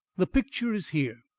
the picture is here,